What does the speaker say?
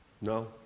no